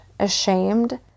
ashamed